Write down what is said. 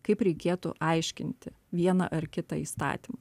kaip reikėtų aiškinti vieną ar kitą įstatymą